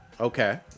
Okay